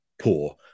poor